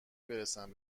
برسم